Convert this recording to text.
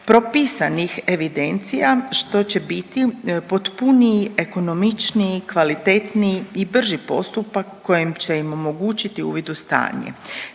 propisanih evidencija, što će biti potpuniji, ekonomičniji, kvalitetniji i brži postupak koji će im omogućiti uvid u stanje.